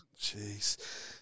Jeez